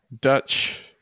Dutch